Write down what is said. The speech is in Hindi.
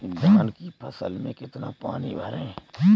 धान की फसल में कितना पानी भरें?